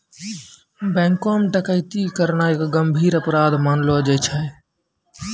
बैंको म डकैती करना एक गंभीर अपराध मानलो जाय छै